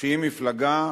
שהיא מפלגה